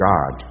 God